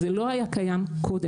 זה לא היה קיים קודם.